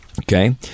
Okay